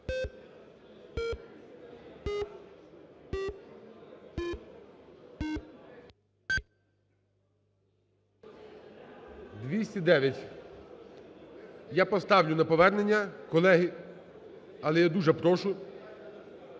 За-209 Я поставлю на повернення, колеги, але я дуже прошу